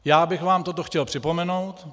Já bych vám toto chtěl připomenout.